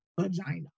vagina